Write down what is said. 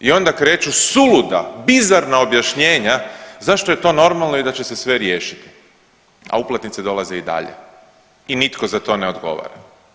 I onda kreću suluda, bizarna objašnjenja zašto je to normalno i da će se sve riješiti, a uplatnice dolaze i dalje i nitko za to ne odgovara.